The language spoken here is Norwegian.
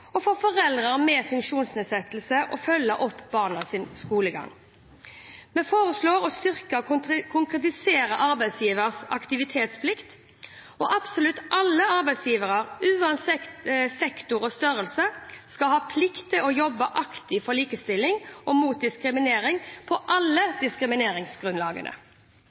og for foreldre med funksjonsnedsettelser å følge opp barnas skolegang. Vi foreslår å styrke og konkretisere arbeidsgivers aktivitetsplikt. Absolutt alle arbeidsgivere, uansett sektor og størrelse, skal ha plikt til å jobbe aktivt for likestilling og mot diskriminering på alle diskrimineringsgrunnlagene.